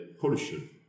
pollution